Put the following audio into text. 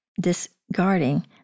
discarding